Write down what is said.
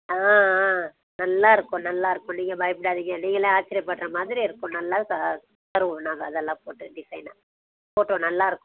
ஆ ஆ நல்லா இருக்கும் நல்லா இருக்கும் நீங்கள் பயப்படாதீங்க நீங்களே ஆச்சரியப்படுறா மாதிரி இருக்கும் நல்லா க தருவோம் நாங்கள் நல்லா போட்டு டிசைனாக ஃபோட்டோ நல்லாயிருக்கும்